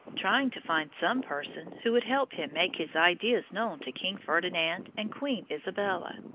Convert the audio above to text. trying to find some person who would help him make his ideas known to king ferdinand and queen isabella.